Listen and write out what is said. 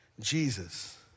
Jesus